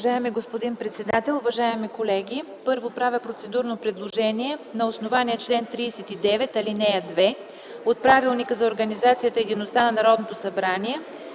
господин председател, уважаеми колеги! Първо, правя процедурно предложение на основание чл. 39, ал. 2 от Правилника за организацията и дейността на Народното събрание